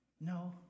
No